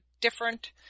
different